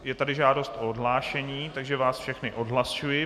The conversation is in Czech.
Je tady žádost o odhlášení, takže vás všechny odhlašuji.